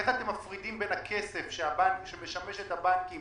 איך אתם מפרידים בין הכסף שמשמש את הבנקים